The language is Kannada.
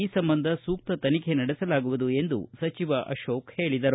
ಈ ಸಂಬಂಧ ಸೂಕ್ತ ತನಿಖೆ ನಡೆಸಲಾಗುವುದು ಎಂದು ಸಚಿವ ಅಶೋಕ ಹೇಳಿದರು